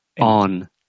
on